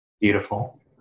Beautiful